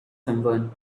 someone